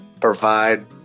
provide